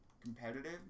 competitive